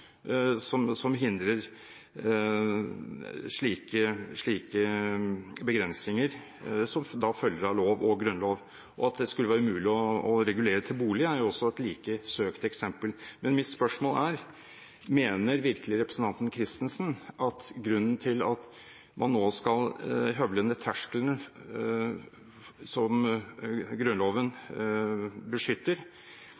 som hindrer slike begrensninger, som da følger av lov og grunnlov, og at det skulle være umulig å regulere til bolig, er et like søkt eksempel. Men mitt spørsmål er: Mener virkelig representanten Christensen at grunnen til at man nå skal høvle ned tersklene som Grunnloven